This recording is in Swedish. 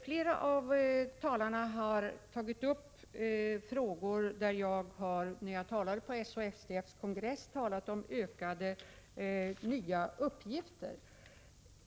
Flera av talarna har tagit upp det som jag på SHSTF:s kongress sade om nya eller utökade uppgifter.